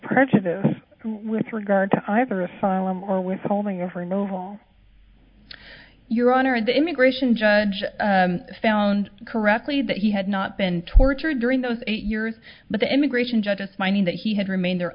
prejudice with regard to either asylum or withholding over and over all your honor and the immigration judge found correctly that he had not been tortured during those eight years but the immigration judges finding that he had remain